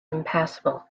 impassable